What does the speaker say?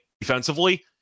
defensively